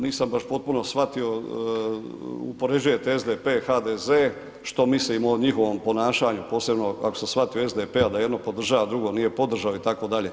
Nisam baš potpuno shvatio, uspoređujete SDP, HDZ, što mislimo o njihovom ponašanju, posebno ako sam shvatio SDP-a da jedno podržava, drugo nije podržao itd.